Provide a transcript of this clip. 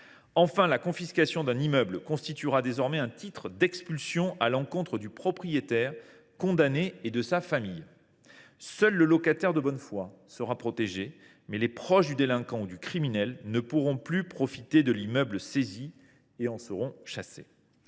Enfin, la confiscation d’un immeuble constituera désormais un titre d’expulsion à l’encontre du propriétaire condamné et de sa famille. Seul le locataire de bonne foi sera protégé. Les proches du délinquant ou du criminel ne pourront plus profiter de l’immeuble saisi et en seront chassés.